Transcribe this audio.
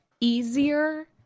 easier